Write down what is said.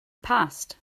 passed